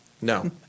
No